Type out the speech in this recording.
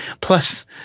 Plus